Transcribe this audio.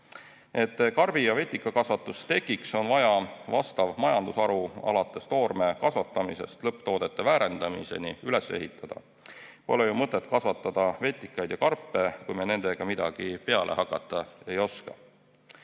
Et karbi‑ ja vetikakasvatus tekiks, on vaja vastav majandusharu, alates toorme kasvatamisest lõpptoodete väärindamiseni, üles ehitada. Pole ju mõtet kasvatada vetikaid ja karpe, kui me nendega midagi peale hakata ei oska.